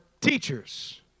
teachers